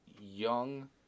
young